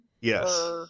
Yes